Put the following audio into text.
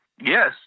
Yes